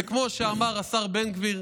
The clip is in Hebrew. וכמו שאמר השר בן גביר,